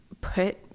put